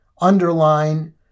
underline